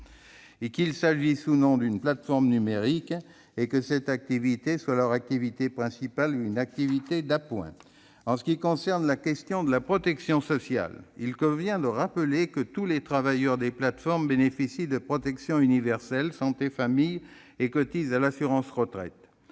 qu'il s'agisse ou non d'une plateforme numérique et que cette activité soit leur activité principale ou une activité d'appoint. En ce qui concerne la question de la protection sociale, il convient de rappeler que tous les travailleurs des plateformes bénéficient des protections universelles- santé, famille -et cotisent à l'assurance retraite.